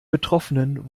betroffenen